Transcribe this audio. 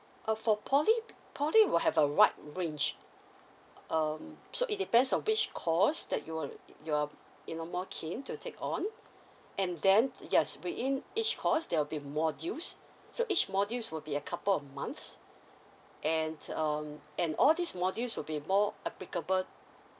uh for poly poly will have a wide range um so it depends on which course that you're you're you know more keen to take on and then yes within each course there'll be modules so each modules will be a couple of months and um and all these modules will be more applicable